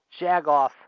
Jagoff